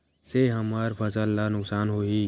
से हमर फसल ला नुकसान होही?